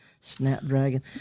snapdragon